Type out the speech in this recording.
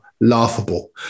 laughable